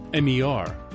MER